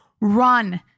run